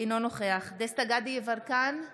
אינו נוכח דסטה גדי יברקן,